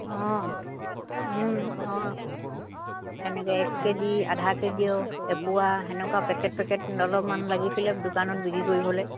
অঁ অঁ এনেকৈ এক কে জি আধা কে জিও এপোৱা সেনেকুৱা পেকেট পেকেট অলপমান লাগিছিলে দোকানত বিক্ৰী কৰিবলৈ